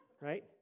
right